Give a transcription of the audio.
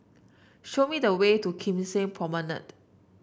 show me the way to Kim Seng Promenade